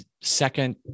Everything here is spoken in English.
Second